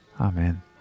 Amen